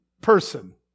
person